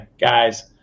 Guys